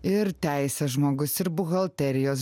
ir teisės žmogus ir buhalterijos žmo